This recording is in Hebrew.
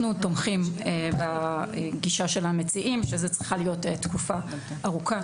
אנחנו תומכים בגישה של המציעים שזו צריכה להיות תקופה ארוכה,